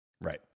Right